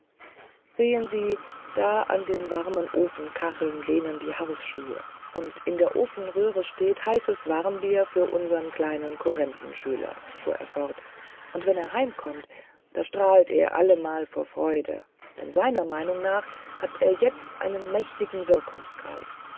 sehen sie da an den warmen ofenkacheln lehnen die hausschuhe und in der ofenröhre steht heißes warmbier für unseren kleinen kurrendeschüler fuhr er fort und wenn er heimkommt da strahlt er allemal vor freude denn seiner meinung nach hat er jetzt einen mächtigen wirkungskreis